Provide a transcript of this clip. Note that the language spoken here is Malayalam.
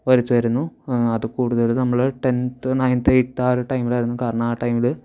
വരുത്തുമായിരുന്നു അത് കൂടുതൽ നമ്മൾ ടെൻത് നൈൻത് എയ്ട്ത്ത് ആ ഒരു ടൈമിലായിരുന്നു കാരണം ആ ടൈമിൽ